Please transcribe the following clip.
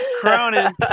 Cronin